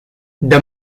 the